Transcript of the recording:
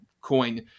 coin